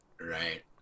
Right